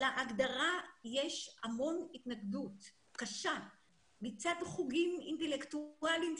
להגדרה יש המון התנגדות קשה מצד חוגים אינטלקטואליים.